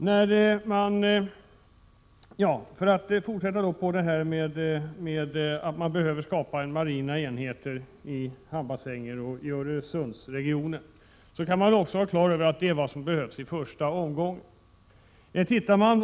Låt mig fortsätta att diskutera det förhållandet att tullen blir tvungen att skapa egna marina enheter för att klara bevakningen i hamnbassänger och i Öresund. Vi skall ha klart för oss att det är vad som behövs i första omgången.